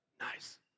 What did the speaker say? nice